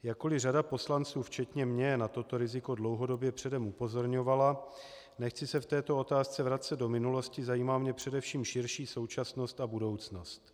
Jakkoli řada poslanců včetně mě na toto riziko dlouhodobě předem upozorňovala, nechci se v této otázce vracet do minulosti, zajímá mě především širší současnost a budoucnost.